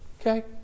Okay